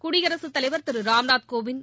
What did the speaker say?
குடியரசுத் தலைவர் திரு ராம்நாத் கோவிந்த்